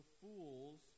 fools